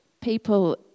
people